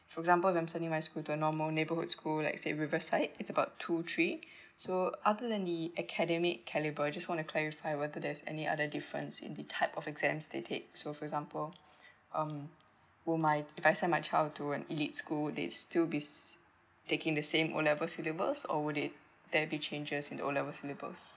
for example if I'm sending my child to a normal neighborhood school like say river side it's about two three so other than the academic caliber just want to clarify whether there's any other difference in the type of exams they take so for example um will my if I send my child to an elite school there's still be taking the same O level syllables or would they there be changes in the O level syllables